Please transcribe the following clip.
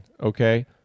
okay